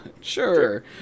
Sure